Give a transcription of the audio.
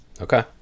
Okay